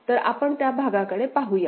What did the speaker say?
तर आपण त्या भागाकडे पाहूया